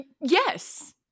Yes